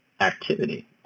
activity